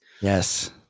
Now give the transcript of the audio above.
Yes